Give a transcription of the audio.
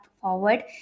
forward